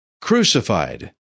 crucified